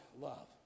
love